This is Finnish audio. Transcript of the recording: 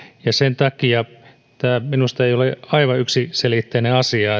ja sen takia tämä minusta ei ole aivan yksiselitteinen asia